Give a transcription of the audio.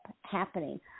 happening